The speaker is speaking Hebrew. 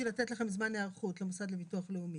זה בשביל לתת זמן היערכות למוסד לביטוח לאומי.